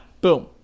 Boom